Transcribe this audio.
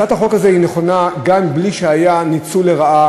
הצעת החוק הזאת נכונה גם בלי שהיה ניצול לרעה